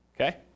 okay